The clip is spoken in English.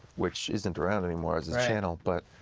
which isn't around anymore as a channel. but